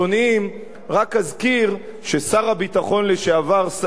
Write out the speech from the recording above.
רק אזכיר ששר הביטחון לשעבר שאול מופז,